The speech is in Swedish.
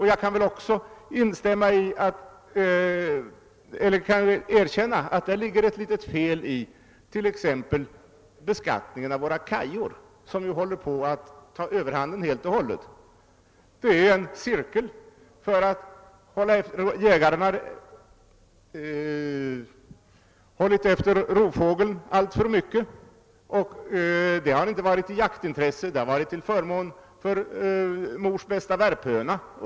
Jag kan också erkänna att där ligger ett litet fel i t.ex. beskattningen av vårt kajbestånd, som har fått ta överhanden helt och hållet. Jägarna har hållit efter rovfågeln alltför mycket, inte av jaktintresse utan till förmån för mors bästa värphöna.